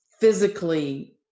physically